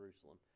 Jerusalem